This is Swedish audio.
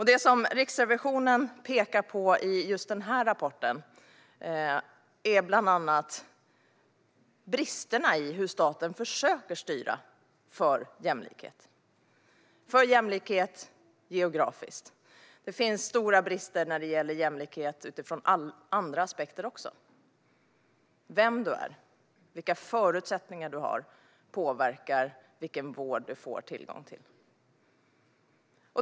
Det som Riksrevisionen pekar på i rapporten är bland annat bristerna i hur staten försöker styra för jämlikhet geografiskt. Det finns stora brister när det gäller jämlikhet utifrån andra aspekter också; vem du är och vilka förutsättningar du har påverkar vilken vård du får tillgång till.